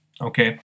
Okay